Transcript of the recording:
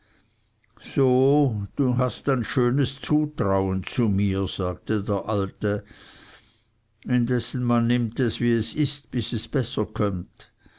so hast ein schönes zutrauen zu mir sagte der alte indessen man nimmt es wie es ist bis es besser kömmt